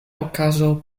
okazo